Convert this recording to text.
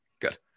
good